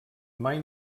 mai